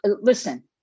listen